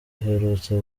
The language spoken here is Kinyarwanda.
aherutse